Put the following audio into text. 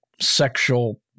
Sexual